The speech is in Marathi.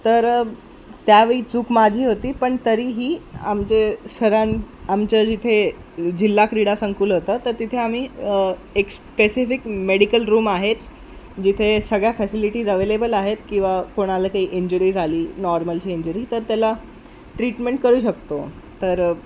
तर त्यावेळी चूक माझी होती पण तरीही आमचे सरां आमच्या जिथे जिल्हा क्रीडा संकुल होतं तर तिथे आम्ही एक स्पेसिफिक मेडिकल रूम आहेच जिथे सगळ्या फॅसिलिटीज अव्हेलेबल आहेत किंवा कोणाला काही इंजुरी झाली नॉर्मलशी इंजुरी तर त्याला ट्रीटमेंट करू शकतो तर